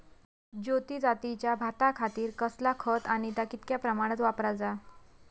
ज्योती जातीच्या भाताखातीर कसला खत आणि ता कितक्या प्रमाणात वापराचा?